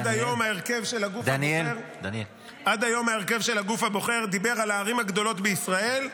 עד היום ההרכב של הגוף הבוחר דיבר על הערים הגדולות בישראל,